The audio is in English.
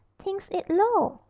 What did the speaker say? thinks it low!